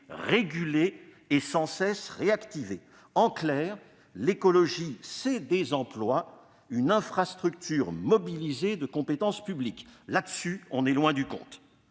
réguler et sans cesse réactiver. En clair, l'écologie, c'est des emplois et une infrastructure mobilisée de compétences publiques. Là-dessus, on est loin du compte